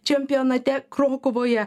čempionate krokuvoje